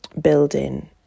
building